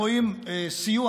רואים סיוע